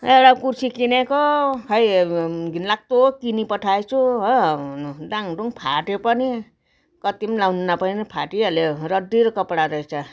एउडा कुर्ती किनेको खोइ घिनलाग्दो किनी पठाएछु हो डाङडुङ फाट्यो पनि कति पनि लाउनु नपाइकन फाँटिहाल्यो रड्डी कपडा रहेछ